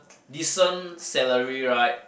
decent salary right